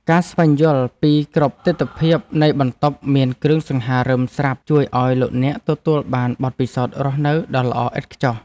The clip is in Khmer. ការស្វែងយល់ពីគ្រប់ទិដ្ឋភាពនៃបន្ទប់មានគ្រឿងសង្ហារិមស្រាប់ជួយឱ្យលោកអ្នកទទួលបានបទពិសោធន៍រស់នៅដ៏ល្អឥតខ្ចោះ។